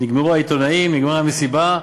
נגמרו העיתונאים, נגמרה המסיבה,